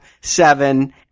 seven